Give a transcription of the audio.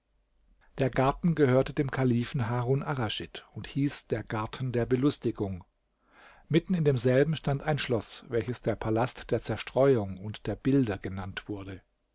der garten gehörte dem kalifen harun arraschid und hieß der garten der belustigung mitten in demselben stand ein schloß welches der palast der zerstreuung und der bilder genannt wurde